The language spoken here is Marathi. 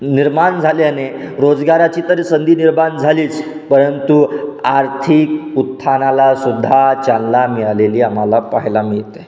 निर्माण झाल्याने रोजगाराची तर संधी निर्माण झालीच परंतु आर्थिक उत्थानालासुद्धा चालना मिळालेली आम्हाला पाहायला मिळत आहे